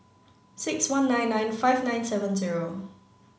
six one nine nine five nine seven zero